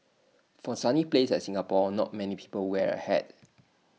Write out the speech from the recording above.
for A sunny place like Singapore not many people wear A hat